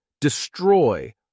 destroy